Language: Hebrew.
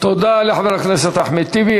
תודה לחבר הכנסת אחמד טיבי.